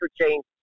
change